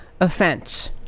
offense